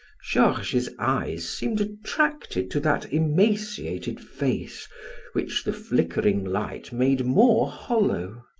georges's eyes seemed attracted to that emaciated face which the flickering light made more hollow.